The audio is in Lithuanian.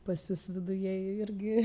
pas jus viduje jie irgi